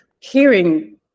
hearing